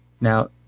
Now